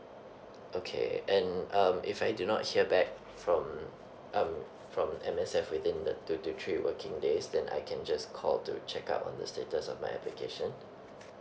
okay and um if I do not hear back from um from M_S_F within the two to three working days then I can just call to check up on the status of my application